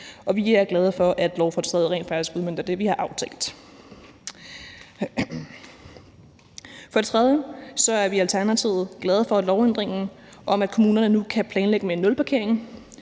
vi er glade for, at lovforslaget rent faktisk udmønter det, vi har aftalt. For det tredje er vi i Alternativet glade for lovændringen om, at kommunerne nu kan planlægge med nulparkering,